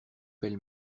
pêle